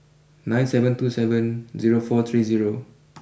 nine seven two seven zero four three zero